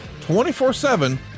24-7